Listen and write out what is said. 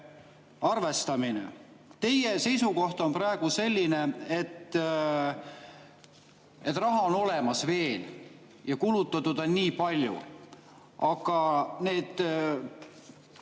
arvestamine. Teie seisukoht on praegu selline, et raha on veel olemas ja kulutatud on nii palju. Aga need